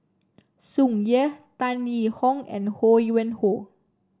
Tsung Yeh Tan Yee Hong and Ho Yuen Hoe